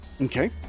okay